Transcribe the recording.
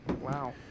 wow